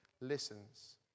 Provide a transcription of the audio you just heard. listens